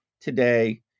today